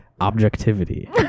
objectivity